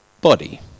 body